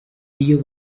iyo